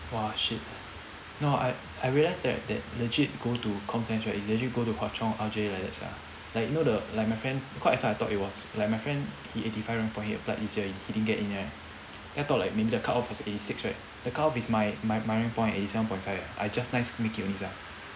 !wah! shit no I I realise right that that legit go to comp science right is actually go to hwa chong R_J like that sia like you know the like my friend cause at first I thought it was like my friend he eighty five rank point he applied this year he didn't get in right then I thought like maybe the cutoff is eighty six right the cutoff is my my my rank point eighty seven point five eh I just nice make it only sia